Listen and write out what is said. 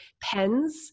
pens